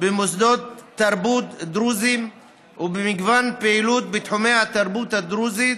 במוסדות תרבות דרוזיים ובמגוון פעילויות בתחומי התרבות הדרוזית,